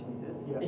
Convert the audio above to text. Jesus